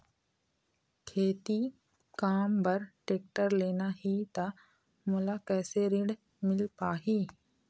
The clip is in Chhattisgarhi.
खेती काम बर टेक्टर लेना ही त मोला कैसे ऋण मिल पाही?